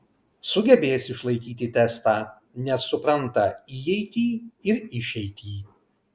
sugebės išlaikyti testą nes supranta įeitį ir išeitį